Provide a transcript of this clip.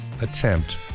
attempt